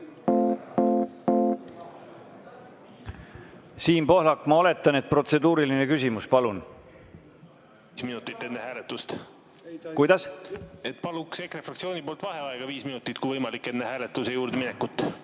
Siim Pohlak, ma oletan, et protseduuriline küsimus. Palun! Aitäh!